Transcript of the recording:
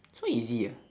so easy ah